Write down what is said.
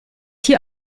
hier